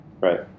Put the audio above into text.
Right